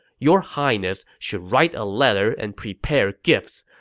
your highness should write a letter and prepare gifts,